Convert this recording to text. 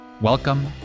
Welcome